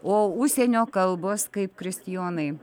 o užsienio kalbos kaip kristijonai